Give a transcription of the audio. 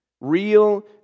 Real